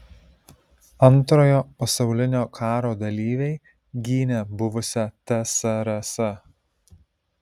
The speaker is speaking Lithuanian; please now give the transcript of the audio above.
antrojo pasaulinio karo dalyviai gynė buvusią tsrs